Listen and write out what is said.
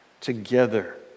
together